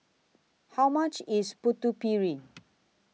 How much IS Putu Piring